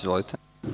Izvolite.